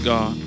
God